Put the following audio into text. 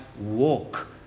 walk